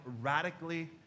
radically